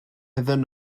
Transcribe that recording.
iddyn